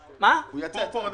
שיהיה מפיק לאירוע.